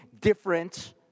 different